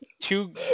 Two